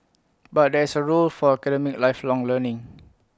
but there is A role for academic lifelong learning